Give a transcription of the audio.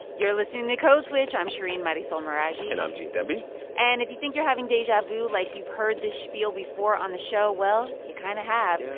you're listening to code switch. i'm shereen marisol meraji and i'm gene demby and if you think you're having deja vu, like you've heard this spiel before on the show, well, you kind of have.